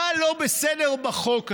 מה לא בסדר בחוק הזה?